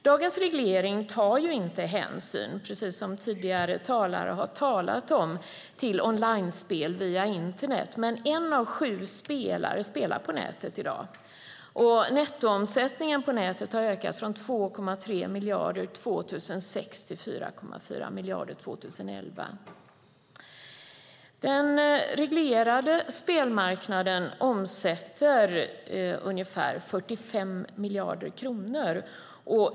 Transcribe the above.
Dagens reglering tar inte hänsyn till onlinespel via internet, men en av sju spelare spelar på nätet i dag. Nettoomsättningen av spel på nätet har ökat från 2,3 miljarder 2006 till 4,4 miljarder 2011. Den reglerade spelmarknaden omsätter ungefär 45 miljarder kronor årligen.